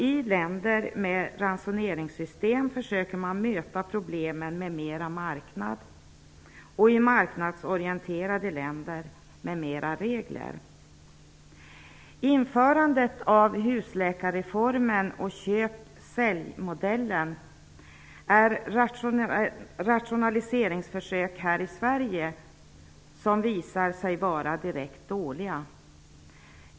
I länder med ransoneringssystem försöker man möta problemen med mer marknad och i marknadsorienterade länder med fler regler. Införandet av husläkarreformen och köp--säljmodellen är ett rationaliseringsförsök här i Sverige som visar sig vara direkt dåligt.